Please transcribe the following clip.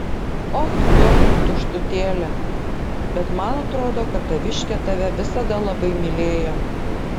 och tu tuštutėlė bet man atrodo kad taviškė tave visada labai mylėjo